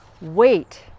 wait